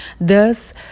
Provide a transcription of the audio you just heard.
Thus